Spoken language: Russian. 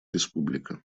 республика